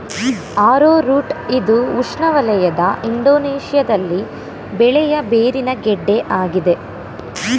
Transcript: arrowroot ಇದು ಉಷ್ಣವಲಯದ ಇಂಡೋನೇಶ್ಯದಲ್ಲಿ ಬೆಳೆಯ ಬೇರಿನ ಗೆಡ್ಡೆ ಆಗಿದೆ